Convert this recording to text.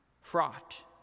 fraught